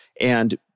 And-